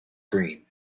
green